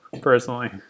personally